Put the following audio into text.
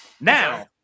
Now